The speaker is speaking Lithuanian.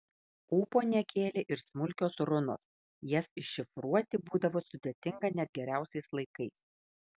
ūpo nekėlė ir smulkios runos jas iššifruoti būdavo sudėtinga net geriausiais laikais